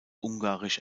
ungarisch